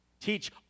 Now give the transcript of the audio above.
Teach